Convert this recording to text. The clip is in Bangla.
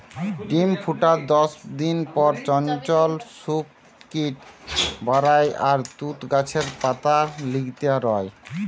ডিম ফুটার দশদিন পর চঞ্চল শুক কিট বারায় আর তুত গাছের পাতা গিলতে রয়